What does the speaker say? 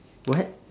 what